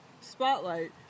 spotlight